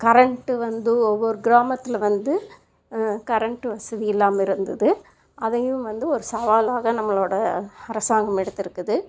current வந்து ஒவ்வொரு கிராமத்தில் வந்து கரண்ட்டு வசதி இல்லாமல் இருந்தது அதையும் வந்து ஒரு சவாலாக நம்மளோடய அரசாங்கம் எடுத்திருக்குது